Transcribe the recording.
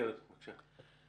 קרן, בבקשה.